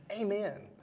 Amen